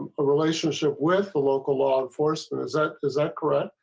relationship with the local law enforcement is that is that correct.